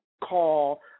call